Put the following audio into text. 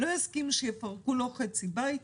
לא יסכים שיפרקו לו חצי בית,